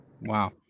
Wow